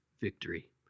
victory